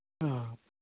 অ'